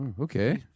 Okay